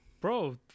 Bro